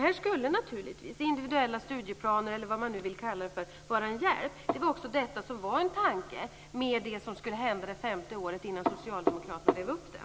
Här skulle naturligtvis individuella studieplaner, eller vad man nu vill kalla det för, vara en hjälp. Detta var också en tanke med det som skulle hända det femte året, innan socialdemokraterna rev upp det.